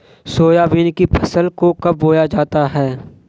Soybean की फसल को कब बोया जाता है?